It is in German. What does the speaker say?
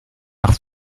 nach